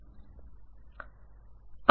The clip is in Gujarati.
એક સરળ ઉદાહરણ આવું હોઈ શકે છે